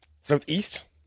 Southeast